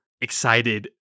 excited